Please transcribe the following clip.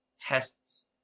tests